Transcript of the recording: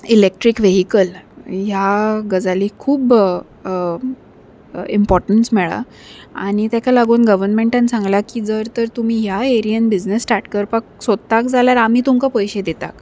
electric vehicle ह्या गजाली खूब इम्पोर्टन्स मेळ्ळा आनी तेका लागून गवर्मेंटान सांगलां की जर तर तुमी ह्या एरियेन बिझनस स्टार्ट करपाक सोदतात जाल्यार आमी तुमकां पयशे दिताक